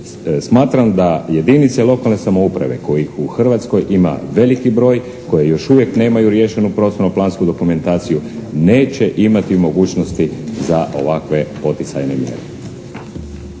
smatram da jedinice lokalne samouprave kojih u Hrvatskoj ima veliki broj koje još uvijek nemaju riješenu prostorno-plansku dokumentaciju neće imati mogućnosti za ovakve poticajne mjere.